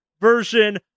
version